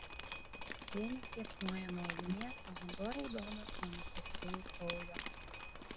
slėnis liepsnoja nuo ugnies o vanduo raudonas nuo nukautųjų kraujo